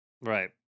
Right